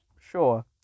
Sure